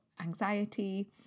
anxiety